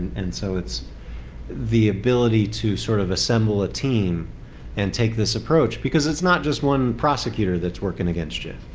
and so it's the ability to sort of assemble a team and take this approach because it's not just one prosecutor that's working against you.